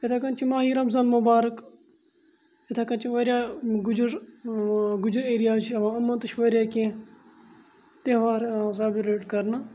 تِتھٕے کٔنۍ چھُ ماہِ رَمضان مُبارک یِتھَے کٔنۍ چھُ واریاہ گُجر گُجر ایریاز چھِ یِوان یِمَن تہِ چھِ واریاہ کینٛہہ تہوار سیلِبریٹ کَرنہٕ